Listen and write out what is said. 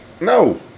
No